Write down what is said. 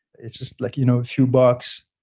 it's just like you know a few bucks.